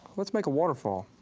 let's make a waterfall.